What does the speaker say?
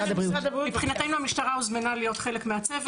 מבחינתנו המשטרה הוזמנה להיות חלק מהצוות.